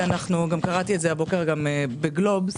גם קראתי הבוקר בגלובס,